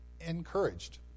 encouraged